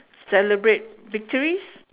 celebrate victories